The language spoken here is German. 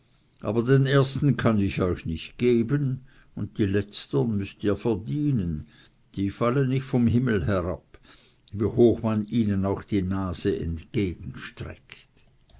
aber den ersten kann ich euch nicht geben und die letztern müßt ihr verdienen die fallen nicht vom himmel herab wie hoch man ihnen auch die nase entgegenstreckt